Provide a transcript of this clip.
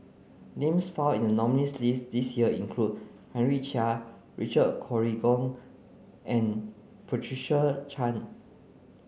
names found in the nominees' list this year include Henry Chia Richard Corridon and Patricia Chan